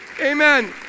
amen